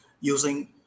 using